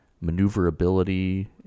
maneuverability